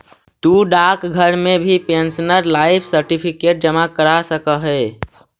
तु डाकघर में भी पेंशनर लाइफ सर्टिफिकेट जमा करा सकऽ हे